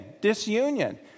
disunion